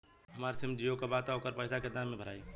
हमार सिम जीओ का बा त ओकर पैसा कितना मे भराई?